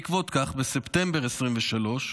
בעקבות כך, בספטמבר 2023,